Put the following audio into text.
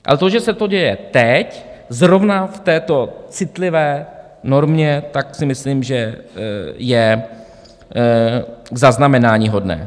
Ale to, že se to děje teď zrovna v této citlivé normě, tak si myslím, že je zaznamenáníhodné.